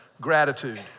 gratitude